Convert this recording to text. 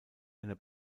einer